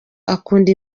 akunda